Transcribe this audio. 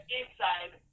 inside